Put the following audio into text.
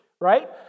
right